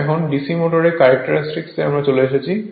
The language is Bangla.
এখন DC মোটর ক্যারেক্টারিস্টিক তে আমরা চলে এসেছি